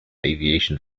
aviation